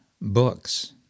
books